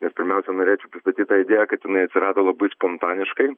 ir pirmiausia norėčiau pristatyt tą idėją kad jinai atsirado labai spontaniškai